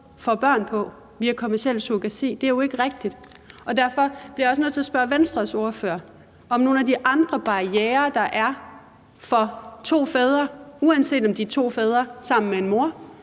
får børn på, altså via kommerciel surrogati – og det er jo ikke rigtigt. Derfor bliver jeg også nødt til at spørge Venstres ordfører om nogle af de andre barrierer, der er for to fædre, uanset om de er to fædre sammen med en mor,